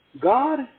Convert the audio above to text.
God